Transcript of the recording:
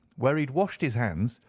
where he had washed his hands,